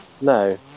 No